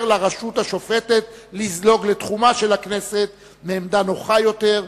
לרשות השופטת לזלוג לתחומה של הכנסת מעמדה נוחה יותר,